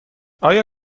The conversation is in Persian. آیا